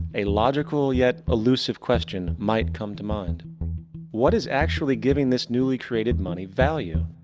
a logical yet illusive question might come to mind what is actually giving this newly created money value?